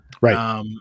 Right